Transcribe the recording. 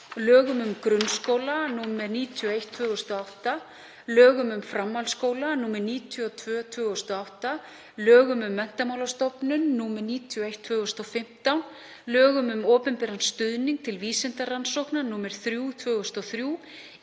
lögum um grunnskóla, nr. 91/2008, lögum um framhaldsskóla, nr. 92/2008, lögum um Menntamálastofnun, nr. 91/2015, lögum um opinberan stuðning til vísindarannsókna, nr. 3/2003,